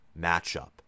matchup